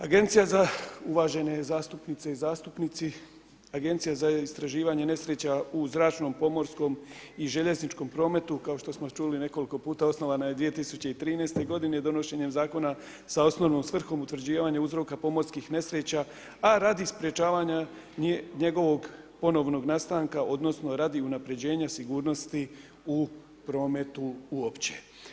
Agencija za, uvažene zastupnice i zastupnici, Agencija za istraživanje nesreća u zračnom, pomorskom i željezničkom prometu, kao što smo uči nekoliko puta osnovana je 2013. godine i donošenjem zakona sa osnovnom svrhom utvrđivanja uzroka pomorskih nesreća a radi sprječavanja njegovog ponovnog nastanka odnosno radi unapređenja sigurnosti u prometu uopće.